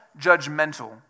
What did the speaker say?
judgmental